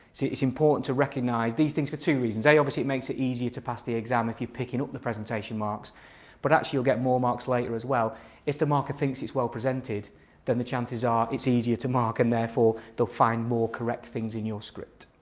it's important to recognise these things for two reasons a obviously it makes it easier to pass the exam if you're picking up the presentation marks but actually you'll get more marks later as well if the marker thinks it's well presented then the chances are it's easier to mark and therefore they'll find more correct things in your script.